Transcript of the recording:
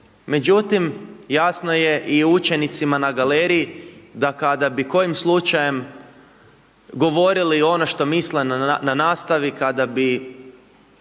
Međutim, jasno je i učenicima na galeriji da kada bi kojim slučajem govorili ono što misle na nastavi, kada bi